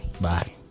Bye